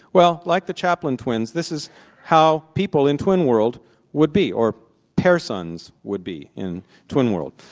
well, like the chaplain twins, this is how people in twinworld would be, or pairsons would be in twinworld.